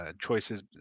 choices